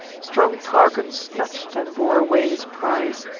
strong tarchon snatch'd and bore away his prize.